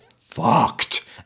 fucked